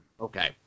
Okay